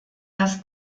das